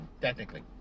technically